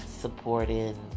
supporting